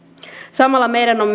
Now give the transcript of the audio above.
samalla meidän on